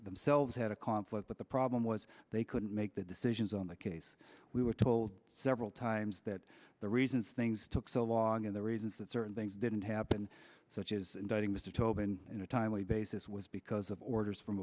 themselves had a conflict but the problem was they couldn't make the decisions on the case we were told several times that the reasons things took so long and the reasons that certain things didn't happen such is dating mr tobin in a timely basis was because of orders from